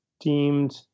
deemed